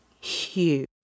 huge